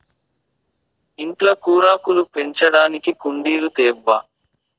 ఇంట్ల కూరాకులు పెంచడానికి కుండీలు తేబ్బా